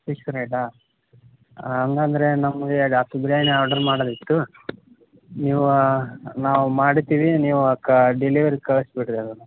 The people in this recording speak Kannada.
ಫಿಷ್ಕ್ ರೇಟಾ ಹಂಗಂದ್ರೆ ನಮಗೆ ಜಾಸ್ತಿ ಬಿರ್ಯಾನಿಯೇ ಆರ್ಡ್ರ್ ಮಾಡೋದಿತ್ತು ನೀವು ನಾವು ಮಾಡಿರ್ತಿವಿ ನೀವು ಕ ಡೆಲಿವರಿ ಕಳ್ಸಿ ಬಿಡಿರಿ ಅದನ್ನು